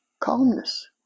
calmness